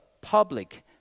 public